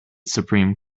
supreme